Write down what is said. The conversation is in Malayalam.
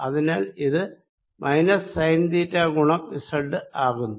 അതിനാൽ ഇത് മൈനസ് സൈൻ തീറ്റ ഗുണം സെഡ് ആകുന്നു